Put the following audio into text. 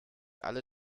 alle